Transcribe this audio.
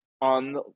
on